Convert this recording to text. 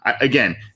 Again